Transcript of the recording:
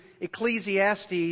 Ecclesiastes